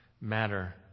matter